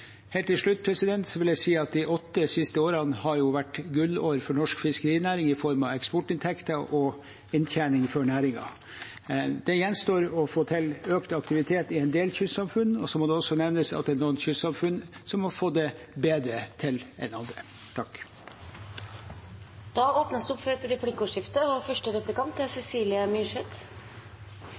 Helt til slutt vil jeg si at de åtte siste årene har vært gullår for norsk fiskerinæring i form av eksportinntekter og inntjening for næringen. Det gjenstår å få til økt aktivitet i en del kystsamfunn, og så må det også nevnes at det er noen kystsamfunn som har fått det bedre til enn andre. Det blir replikkordskifte. Nå er det jo denne regjeringens mantra at alt er